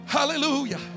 hallelujah